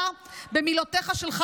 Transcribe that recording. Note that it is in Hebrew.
אתה במילותיך שלך